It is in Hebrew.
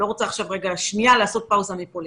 אני לא רוצה לעשות כרגע שנייה לעשות פאוזה מפוליטיקה.